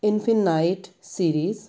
infinite series